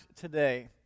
today